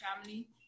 family